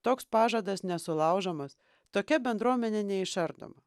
toks pažadas nesulaužomas tokia bendruomenė neišardoma